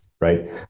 right